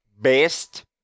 best